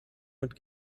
mit